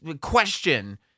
question